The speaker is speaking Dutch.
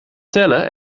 tellen